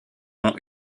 ont